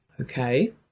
Okay